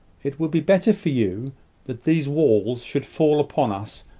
it would be better for you that these walls should fall upon us,